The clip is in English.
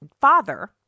father